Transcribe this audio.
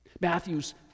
Matthew's